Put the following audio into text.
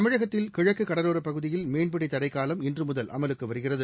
தமிழகத்தில் கிழக்கு கடலோரப் பகுதியில் மீன்பிடி தடைக்காவம் இன்று முதல் அமலுக்கு வருகிறது